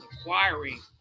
acquiring